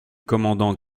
commandant